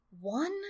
one